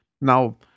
now